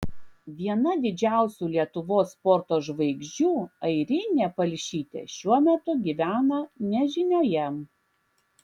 viena didžiausių lietuvos sporto žvaigždžių airinė palšytė šiuo metu gyvena nežinioje